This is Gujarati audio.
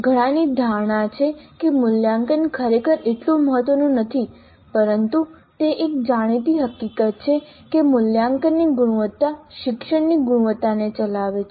ઘણાની ધારણા છે કે મૂલ્યાંકન ખરેખર એટલું મહત્વનું નથી પરંતુ તે એક જાણીતી હકીકત છે કે મૂલ્યાંકનની ગુણવત્તા શિક્ષણની ગુણવત્તાને ચલાવે છે